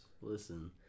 Listen